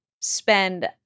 spend